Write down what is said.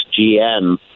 GM